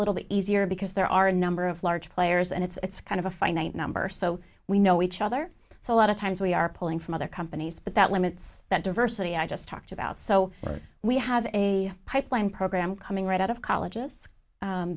little bit easier because there are a number of large players and it's kind of a finite number so we know each other so a lot of times we are pulling from other companies but that limits that diversity i just talked about so right we have a pipeline program coming right out of college u